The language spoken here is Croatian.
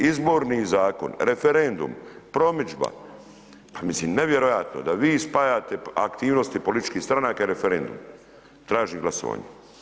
Izborni zakon, referendum, promidžba, pa mislim nevjerojatno da vi spajate aktivnosti političkih stranaka i referenduma, tražim glasovanje.